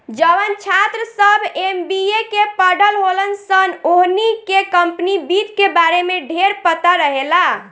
जवन छात्र सभ एम.बी.ए के पढ़ल होलन सन ओहनी के कम्पनी वित्त के बारे में ढेरपता रहेला